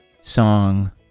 song